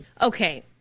Okay